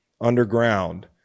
underground